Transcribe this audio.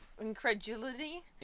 Incredulity